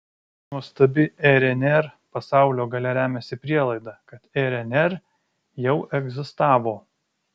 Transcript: nuostabi rnr pasaulio galia remiasi prielaida kad rnr jau egzistavo